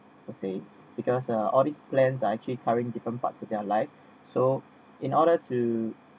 would say because uh all these plans are actually covering different parts with their life so in order to